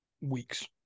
Weeks